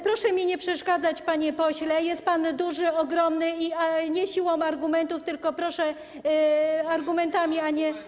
Proszę mi nie przeszkadzać, panie pośle, jest pan duży, ogromny i nie siłą argumentów, tylko proszę argumentami, a nie.